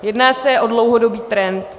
Jedná se o dlouhodobý trend.